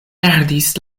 perdis